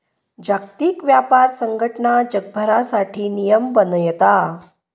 जागतिक व्यापार संघटना जगभरासाठी नियम बनयता